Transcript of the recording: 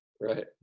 Right